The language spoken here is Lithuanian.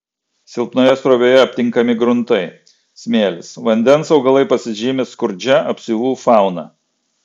silpnoje srovėje aptinkami gruntai smėlis vandens augalai pasižymi skurdžia apsiuvų fauna